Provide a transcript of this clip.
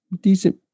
decent